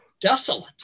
desolate